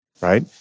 right